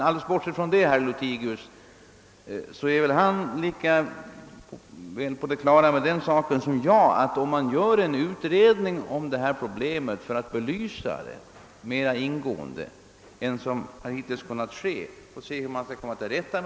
Alldeles bortsett från detta är väl herr Lothigius lika väl som jag på det klara med att en utredning för att belysa detta problem mera ingående än vad som hittills kunnat ske tar ett par tre år.